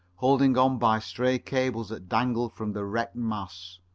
holding on by stray cables that dangled from the wrecked masts.